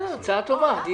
הצעה טובה.